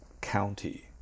county